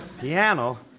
Piano